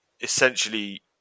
essentially